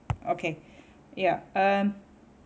okay yeah um